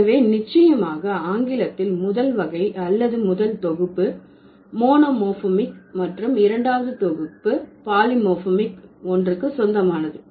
எனவே நிச்சயமாக ஆங்கிலத்தில் முதல் வகை அல்லது முதல் தொகுப்பு மோனோமோர்பமிக் மற்றும் இரண்டாவது தொகுப்பு பாலிமோர்ப்மிக் ஒன்றுக்கு சொந்தமானது